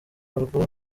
warwo